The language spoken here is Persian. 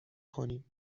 کنیم